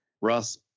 Russ